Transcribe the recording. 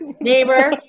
Neighbor